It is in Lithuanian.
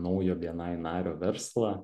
naujo bni nario verslą